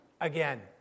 again